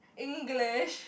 English